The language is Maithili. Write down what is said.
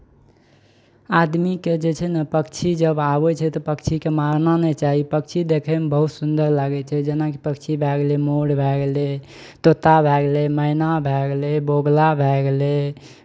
आदमीकेँ जे छै ने पक्षी जब आबै छै तऽ पक्षीके मारना नहि चाही पक्षी देखयमे बहुत सुन्दर लागै छै जेनाकि पक्षी भए गेलै मोर भए गेलै तोता भए गेलै मैना भए गेलै बगुला भए गेलै